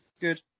Good